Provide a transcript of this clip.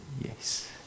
yes